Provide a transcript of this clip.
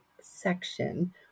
section